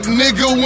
nigga